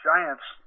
Giants